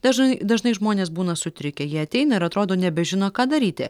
dažnai dažnai žmonės būna sutrikę jie ateina ir atrodo nebežino ką daryti